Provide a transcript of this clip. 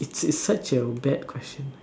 it's it's such a bad question